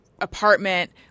apartment